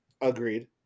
Agreed